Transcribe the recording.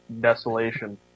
Desolation